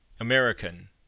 American